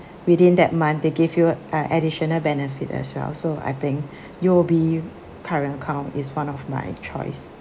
within that month they give you uh additional benefit as well so I think U_O_B current account is one of my choice